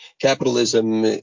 Capitalism